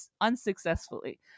unsuccessfully